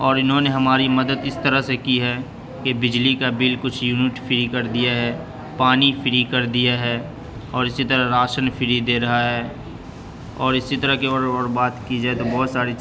اور انہوں نے ہماری مدد اس طرح سے کی ہے کہ بجلی کا بل کچھ یونٹ فری کر دیا ہے پانی فری کر دیا ہے اور اسی طرح راشن فری دے رہا ہے اور اسی طرح کی اور اور بات کی جائے تو بہت ساری چیز